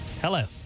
Hello